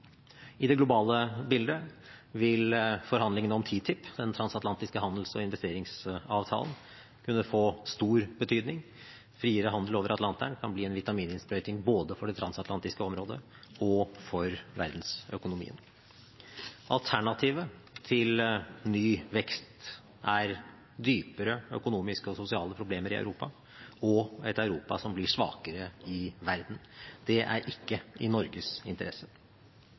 I det globale bildet vil forhandlingene om TTIP, den transatlantiske handels- og investeringsavtalen, kunne få stor betydning. Friere handel over Atlanteren kan bli en vitamininnsprøyting både for det transatlantiske området og for verdensøkonomien. Alternativet til ny vekst er dypere økonomiske og sosiale problemer i Europa og et Europa som blir svakere i verden. Det er ikke i Norges interesse.